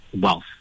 wealth